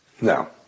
No